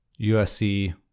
usc